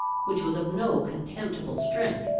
which was of no contemptible strength,